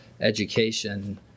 education